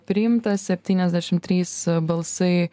priimtas septyniasdešim trys balsai